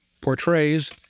portrays